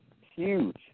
huge